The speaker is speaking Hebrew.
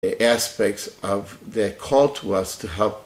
אספקטים של החלטה שלהם לנסות להשתתף